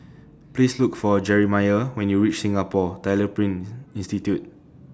Please Look For Jerimiah when YOU REACH Singapore Tyler Print Institute